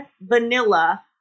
vanilla